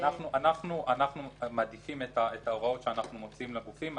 אנחנו מעדיפים את ההוראות שאנחנו מוציאים לגופים.